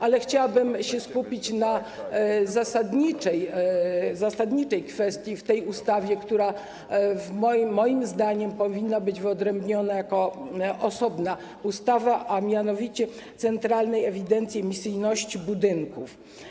Ale chciałabym się skupić na zasadniczej kwestii w tej ustawie, która moim zdaniem powinna być wyodrębniona w osobnej ustawie, a mianowicie Centralnej Ewidencji Emisyjności Budynków.